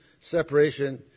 separation